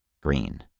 Green